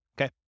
okay